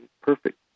perfect